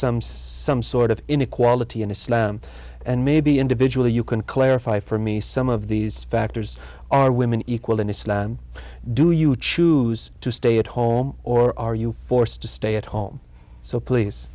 some some sort of inequality in islam and maybe individual you can clarify for me some of these factors are women equal in islam do you choose to stay at home or are you forced to stay at home so please